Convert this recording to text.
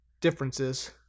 differences